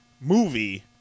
movie